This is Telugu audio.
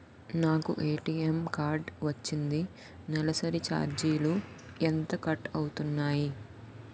నాకు ఏ.టీ.ఎం కార్డ్ వచ్చింది నెలసరి ఛార్జీలు ఎంత కట్ అవ్తున్నాయి?